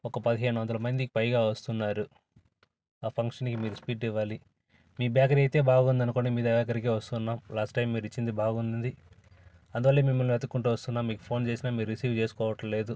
ఒక పదిహేను వందల మందికి పైగా వస్తున్నారు ఆ ఫంక్షన్ మీరు స్వీట్ ఇవ్వాలి మీ బేకరీ అయితే బాగుందనుకోండి మీ దగ్గరకే వస్తున్నాం లాస్ట్ టైం మీరు ఇచ్చింది బాగుంది అందువల్ల మిమ్మల్ని వెతుకుంటు వస్తున్నాం మీకు ఫోన్ చేసిన మీరు రిసీవ్ చేసుకోవట్లేదు